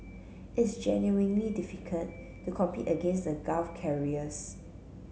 it's genuinely difficult to compete against the Gulf carriers